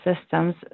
systems